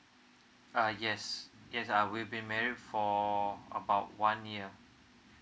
uh yes yes uh we've been married for about one year